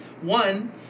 One